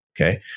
Okay